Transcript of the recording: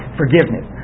forgiveness